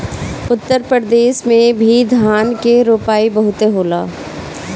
उत्तर प्रदेश में भी धान के रोपाई बहुते होला